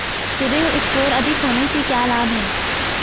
CIBIL score अधिक होने से क्या लाभ हैं?